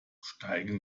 steigen